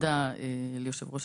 תודה ליושב-ראש הוועדה,